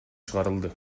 чыгарылды